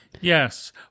Yes